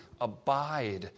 abide